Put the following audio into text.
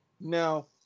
Now